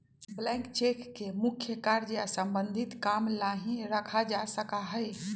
blank cheque के मुख्य कार्य या सम्बन्धित काम ला ही रखा जा सका हई